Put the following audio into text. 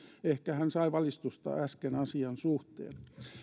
ehkä hän sai valistusta äsken asian suhteen